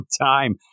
time